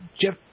Jeff